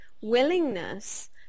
willingness